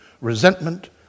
resentment